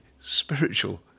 spiritual